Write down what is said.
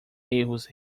erros